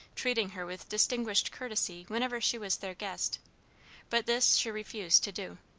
treating her with distinguished courtesy whenever she was their guest but this she refused to do.